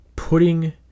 putting